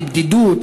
לבדידות,